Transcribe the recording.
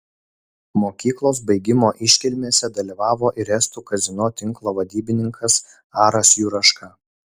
mokyklos baigimo iškilmėse dalyvavo ir estų kazino tinklo vadybininkas aras juraška